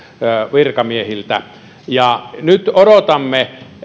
virkamiehiltä ja nyt odotamme